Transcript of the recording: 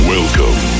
Welcome